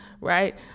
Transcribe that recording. right